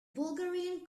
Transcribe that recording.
bulgarian